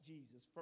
Jesus